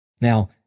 Now